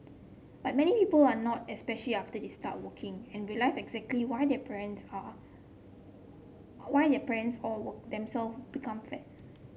but many people are not especially after they start working and realise exactly why their parents are why their parents or become fat